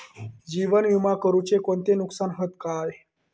जीवन विमा करुचे कोणते नुकसान हत काय?